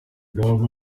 ingamba